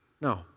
No